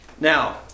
Now